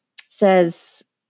says